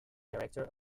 director